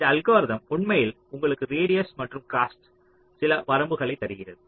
இந்த அல்கோரிதம் உண்மையில் உங்களுக்கு ரேடியஸ் மற்றும் காஸ்ட்ல் சில வரம்புகளைத் தருகிறது